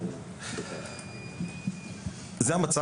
כמאמן,